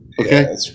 Okay